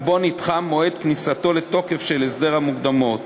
ובו נדחה מועד כניסתו לתוקף של הסדר המקדמות.